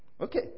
Okay